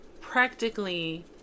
practically